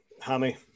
Hammy